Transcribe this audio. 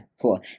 cool